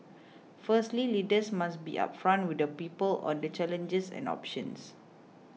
firstly leaders must be upfront with the people on the challenges and options